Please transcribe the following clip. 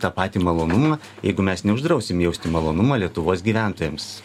tą patį malonumą jeigu mes neuždrausim jausti malonumą lietuvos gyventojams